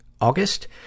August